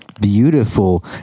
Beautiful